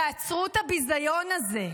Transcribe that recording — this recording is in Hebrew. תעצרו את הביזיון הזה.